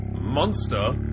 monster